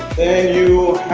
you